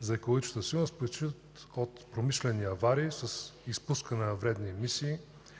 за екологичната сигурност произтичат от промишлени аварии с изпускане на вредни емисии,